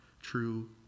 true